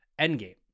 Endgame